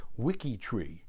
WikiTree